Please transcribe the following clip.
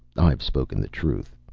i've spoken the truth.